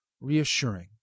reassuring